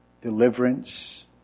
Deliverance